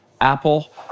Apple